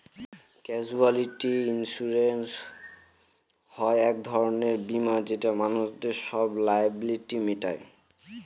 casualty insurance হয় এক ধরনের বীমা যেটা মানুষদের সব লায়াবিলিটি মিটায়